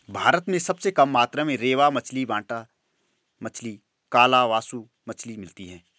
भारत में सबसे कम मात्रा में रेबा मछली, बाटा मछली, कालबासु मछली मिलती है